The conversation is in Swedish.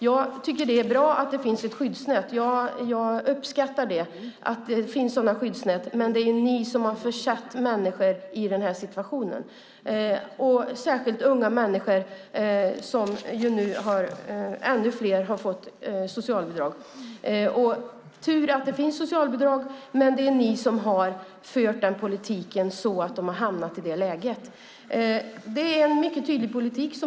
Jag uppskattar att det finns sådana skyddsnät, men det är ni som har försatt människor i den här situationen. Det gäller särskilt unga människor. Ännu fler har fått socialbidrag. Det är tur att det finns socialbidrag, men det är ni som har fört en politik så att de har hamnat i det läget. Ni har bedrivit en mycket tydlig politik.